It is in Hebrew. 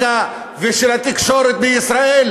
הפוליטיקה ושל התקשורת בישראל,